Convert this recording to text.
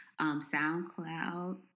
SoundCloud